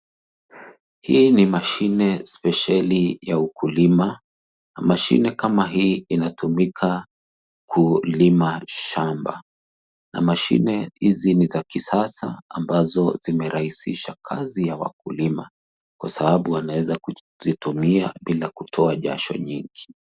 Hii ni mashine spesheli ya ukulima, na mashine kama hii inatumika kulima shamba, na mashine hizi ni za kisasa, ambazo zimerahisisha kazi ya wakulima, kwa sababu wanaweza kuzitumia, bila kutoa jasho nyingi.